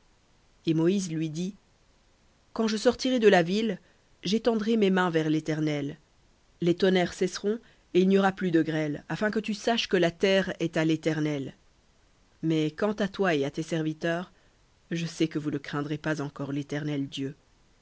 et moïse lui dit quand je sortirai de la ville j'étendrai mes mains vers l'éternel les tonnerres cesseront et il n'y aura plus de grêle afin que tu saches que la terre est à léternel mais quant à toi et à tes serviteurs je sais que vous ne craindrez pas encore l'éternel dieu